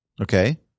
Okay